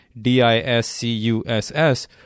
D-I-S-C-U-S-S